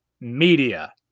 Media